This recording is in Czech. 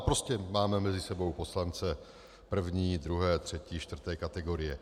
Prostě máme mezi sebou poslance první, druhé, třetí, čtvrté kategorie.